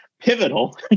pivotal